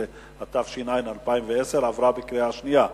16), התש"ע 2010, עברה בקריאה שנייה.